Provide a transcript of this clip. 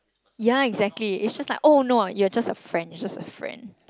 ya exactly it's just like oh no you're just a friend you're just a friend